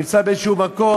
נמצא באיזה מקום,